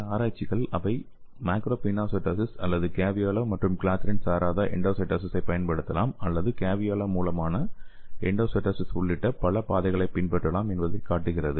சில ஆராய்ச்சிகள் அவை மேக்ரோபினோசைடோசிஸ் அல்லது கேவியோலா மற்றும் கிளாத்ரின் சாராத எண்டோசைட்டோசிஸைப் பயன்படுத்தலாம் அல்லது கேவியோலா மூலமான எண்டோசைட்டோசிஸ் உள்ளிட்ட பல பாதைகளைப் பின்பற்றலாம் என்பதைக் காட்டுகிறது